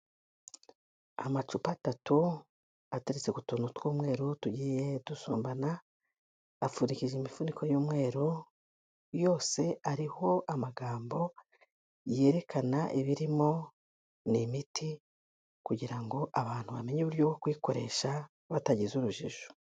Amacupa atatu ateretse ku tuntu tw'umweru tugiye dusumbana, apfundikije imifuniko y'umweru, yose ariho amagambo yerekana ibirimo, ni imiti kugira ngo abantu bamenye uburyo bwo kuyikoresha batagize urujijo.